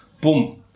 Boom